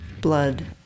blood